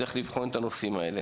צריך לבחון את הנושא הזה.